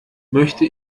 möchte